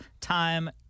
time